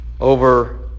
over